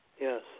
Yes